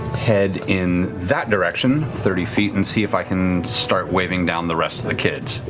head in that direction thirty feet and see if i can start waving down the rest of the kids.